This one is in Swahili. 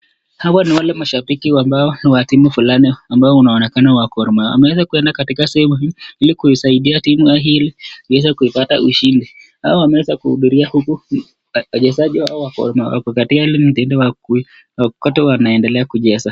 Hawa ni wale mashabiki ambao ni wa timu fulani ambao wanaonekana wa Gor Mahia. Wameweza kwenda katika sehemu hii ili kuisaidia timu hii ili kuweza kuipata ushindi. Hao wameweza kuhudhuria huku. Wachezaji wao wako kati ya ile mitindo ya wanendelea kucheza.